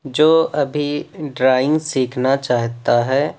جو ابھی ڈرائنگ سیکھنا چاہتا ہے